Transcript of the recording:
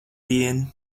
vien